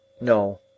NO